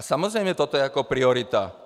Samozřejmě, toto je jako priorita.